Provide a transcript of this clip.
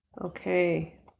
Okay